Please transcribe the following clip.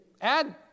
add